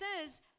says